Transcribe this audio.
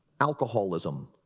alcoholism